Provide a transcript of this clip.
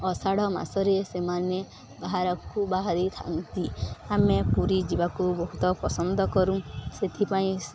ଆଷାଢ଼ ମାସରେ ସେମାନେ ବାହାରକୁ ବାହାରିଥାନ୍ତି ଆମେ ପୁରୀ ଯିବାକୁ ବହୁତ ପସନ୍ଦ କରୁ ସେଥିପାଇଁ